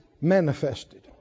manifested